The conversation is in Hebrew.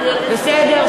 בסדר,